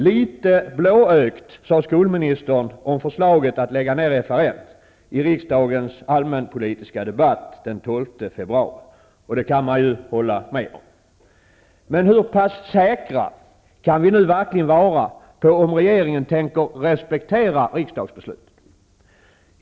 Litet blåögt, sade skolministern om förslaget om en nedläggning av FRN i riksdagens allmänpolitiska debatt den 12 februari. Det kan man väl hålla med om. Men hur pass säkra kan vi vara på att regeringen verkligen tänker respektera riksdagsbeslutet?